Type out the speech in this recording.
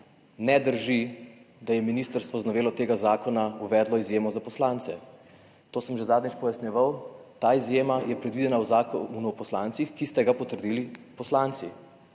Ne drži, da je ministrstvo z novelo tega zakona uvedlo izjemo za poslance. To sem že zadnjič pojasnjeval, ta izjema je predvidena v Zakonu o poslancih, ki ste ga potrdili poslanci.